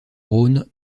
rhône